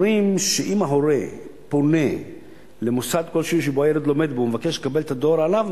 שאם ההורה פונה למוסד כלשהו שבו הילד לומד ומבקש לקבל את הדואר אליו,